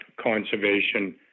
Conservation